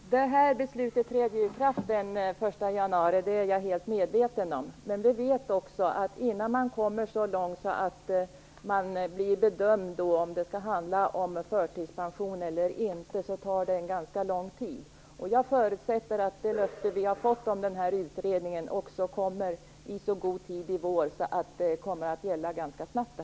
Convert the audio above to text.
Herr talman! Det här beslutet träder i kraft den 1 januari. Det är jag helt medveten om. Vi vet också, att innan man kommer så långt att det blir bedömt om det skall handla om förtidspension eller inte tar det ganska lång tid. Jag förutsätter att det löfte vi har fått om den här utredningen kommer i så god tid i vår att detta kommer att gälla ganska snabbt.